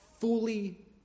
fully